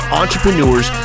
entrepreneurs